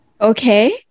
Okay